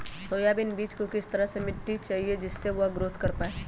Soybean बीज को किस तरह का मिट्टी चाहिए जिससे वह ग्रोथ कर पाए?